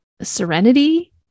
serenity